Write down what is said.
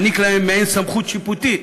מעניק להם מעין סמכות שיפוטית